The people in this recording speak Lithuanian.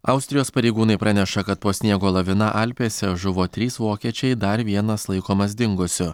austrijos pareigūnai praneša kad po sniego lavina alpėse žuvo trys vokiečiai dar vienas laikomas dingusiu